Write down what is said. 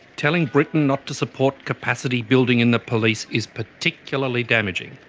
telling britain not to support capacity building in the police is particularly damaging.